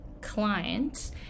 clients